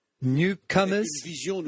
newcomers